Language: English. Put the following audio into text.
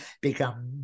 become